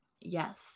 Yes